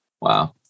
Wow